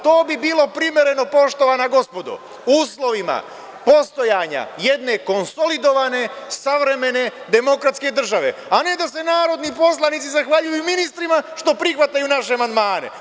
To bi bilo primereno poštovana gospodo, u uslovima postojanja jedne konsolidovane, savremene, demokratske države, a ne da se narodni poslanici zahvaljuju ministrima što prihvataju naše amandmane.